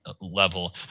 level